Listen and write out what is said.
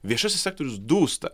viešasis sektorius dūsta